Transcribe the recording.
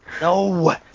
No